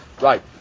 Right